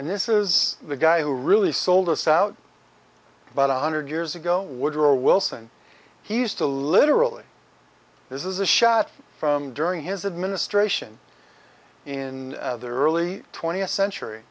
and this is the guy who really sold us out about one hundred years ago woodrow wilson he used to literally this is a shot from during his administration in the early twentieth century